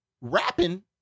rapping